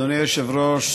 אדוני היושב-ראש,